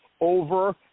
over